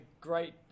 great